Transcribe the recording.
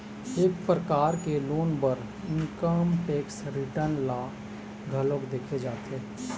ए परकार के लोन बर इनकम टेक्स रिटर्न ल घलोक देखे जाथे